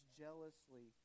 jealously